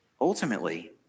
Ultimately